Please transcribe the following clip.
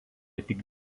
tik